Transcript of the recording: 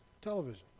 television